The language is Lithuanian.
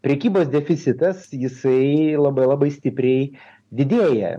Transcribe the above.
prekybos deficitas jisai labai labai stipriai didėja